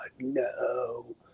no